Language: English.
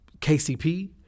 KCP